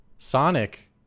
Sonic